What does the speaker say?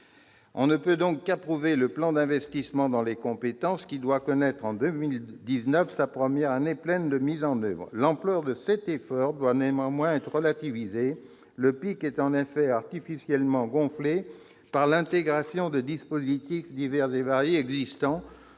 On ne peut donc qu'approuver le plan d'investissement dans les compétences, qui doit connaître en 2019 sa première année pleine de mise en oeuvre. L'ampleur de cet effort doit néanmoins être relativisée. Le PIC est en effet artificiellement gonflé par l'intégration de dispositifs déjà existants,